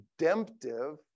redemptive